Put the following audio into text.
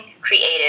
creative